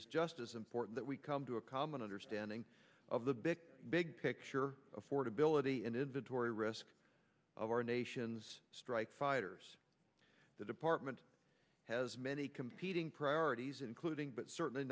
is just as important that we come to a common understanding of the big big picture affordability and inventory risk of our nation's strike fighters the department has many competing priorities including but certainly